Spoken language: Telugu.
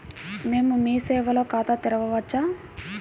మేము మీ సేవలో ఖాతా తెరవవచ్చా?